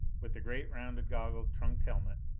with the great rounded, goggled, trunked helmet